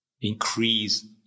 increase